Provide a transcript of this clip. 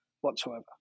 whatsoever